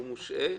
הוא מושעה,